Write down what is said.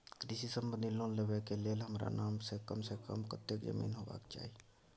कृषि संबंधी लोन लेबै के के लेल हमरा नाम से कम से कम कत्ते जमीन होबाक चाही?